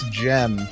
gem